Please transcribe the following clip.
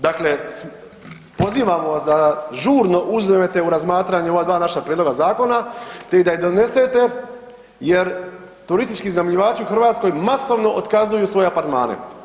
Dakle, pozivamo vas da žurno uzmete u razmatranje ova dva naša prijedloga zakona, te da ih donesete jer turistički iznajmljivači u Hrvatskoj masovno otkazuju svoje apartmane.